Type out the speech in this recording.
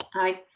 i.